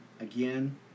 again